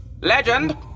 Legend